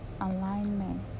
Alignment